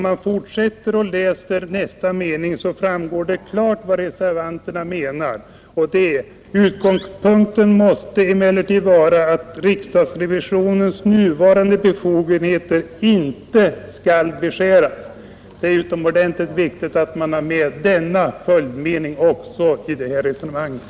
Av nästa mening framgår klart vad reservanterna menar: ”Utgångspunkten måste emellertid vara att riksdagsrevisionens nuvarande befogenheter inte skall beskäras.” Det är utomordentligt viktigt att man har med denna mening i resonemanget.